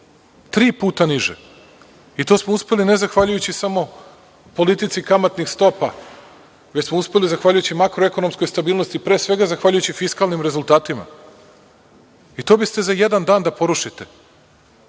Tri puta niže, i to smo uspeli ne zahvaljujući samo politici kamatnih stopa, već smo uspeli zahvaljujući makroekonomskoj stabilnosti, pre svega, zahvaljujući fiskalnim rezultatima. To biste za jedan dan da porušite.